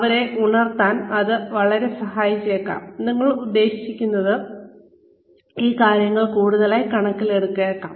അവരെ ഉണർത്താൻ അത് അവരെ സഹായിച്ചേക്കാം ഞാൻ ഉദ്ദേശിക്കുന്നത് ഈ കാര്യങ്ങൾ കൂടുതലായി കണക്കിലെടുക്കണം